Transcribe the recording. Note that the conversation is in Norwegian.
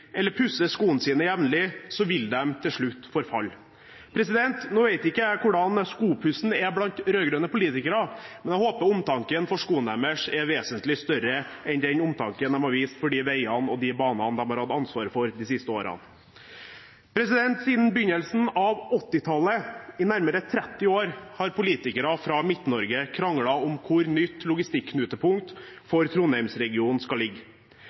eller pusser skoene sine jevnlig – så vil de til slutt forfalle. Nå vet ikke jeg hvordan skopussen er blant rød-grønne politikerne, men jeg håper omtanken for skoene deres er vesentlig større enn den omtanken de har vist for veiene og de banene de har hatt ansvaret for de siste årene. Siden begynnelsen av 1980-tallet, i nærmere 30 år, har politikere fra Midt-Norge kranglet om hvor nytt logistikknutepunkt for Trondheimsregionen skal ligge.